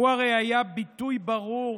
הוא הרי היה ביטוי ברור.